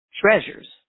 treasures